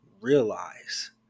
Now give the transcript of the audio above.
realize